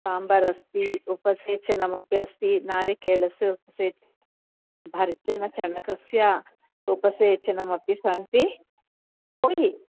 साम्बार् अस्ति उपसेचनमपि अस्ति नारिकेलस्य उपसेचनं भर्जन चणकस्य उपसेचनमपि सन्ति होय्